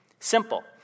Simple